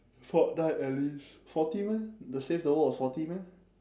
fortnite at least forty meh the save the world was forty meh